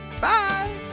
Bye